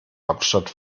hauptstadt